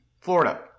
Florida